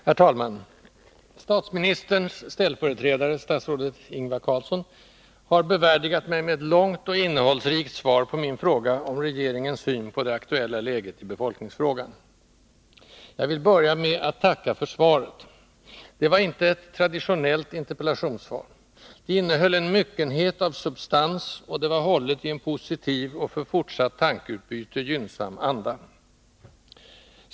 Herr talman! Statsministerns ställföreträdare, statsrådet Ingvar Carlsson, har bevärdigat mig med ett långt och innehållsrikt svar på min interpellation om regeringens syn på det aktuella läget i befolkningsfrågan. Jag vill börja med att tacka för svaret. Det var inte ett traditionellt interpellationssvar. Det innehöll en myckenhet av substans, och det var hållet i en positiv och för fortsatt tankeutbyte gynnsam anda.